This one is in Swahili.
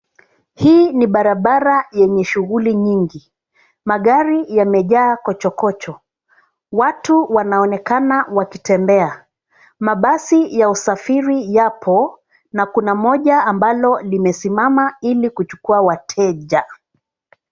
Hii ni barabara yenye shughuli nyingi. Magari yamejaa kochokocho, watu wanaonekana wakitembea, magari ya usafiri yapo na kuna moja ambalo limesimama ili kuchukua wateja.